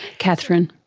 catherine.